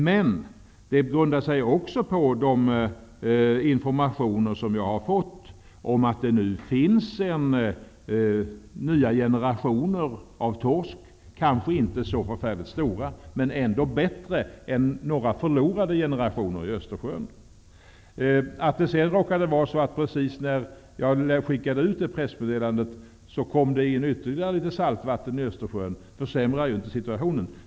Men det grundar sig också på de informationer som jag har fått om att det nu finns nya generationer av torsk. De kanske inte är så stora, men de är ändå bättre än några förlorade generationer i Östersjön. Att det sedan råkade vara så att precis när jag skickade ut pressmeddelandet kom det in ytterligare litet saltvatten i Östersjön försämrar inte situationen.